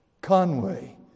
Conway